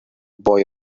boy